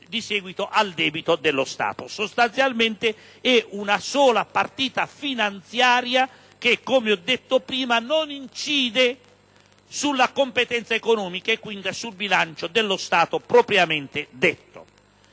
di seguito, al debito dello Stato; sostanzialmente, è una sola partita finanziaria che, come ho detto prima, non incide sulla competenza economica e quindi sul bilancio dello Stato propriamente detto.